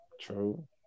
True